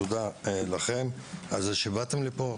תודה לכם על כך שבאתם לפה,